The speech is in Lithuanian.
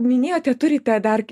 minėjote turite dar